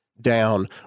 down